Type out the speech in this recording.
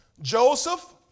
Joseph